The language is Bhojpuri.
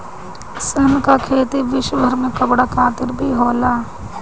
सन कअ खेती विश्वभर में कपड़ा खातिर भी होला